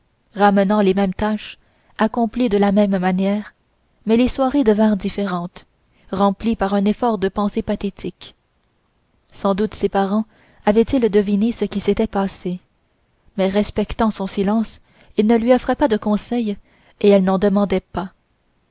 ramenant les mêmes tâches accomplies de la même manière mais les soirées devinrent différentes remplies par un effort de pensée pathétique sans doute ses parents avaient-ils deviné ce qui s'était passé mais respectant son silence ils ne lui offraient pas de conseils et elle n'en demandait pas